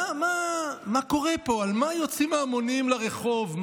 מה קורה פה, על מה יוצאים ההמונים לרחוב?